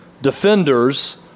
Defenders